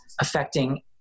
affecting